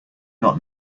not